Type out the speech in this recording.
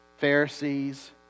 Pharisees